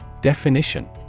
Definition